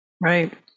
Right